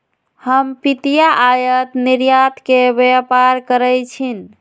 हमर पितिया आयात निर्यात के व्यापार करइ छिन्ह